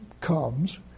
comes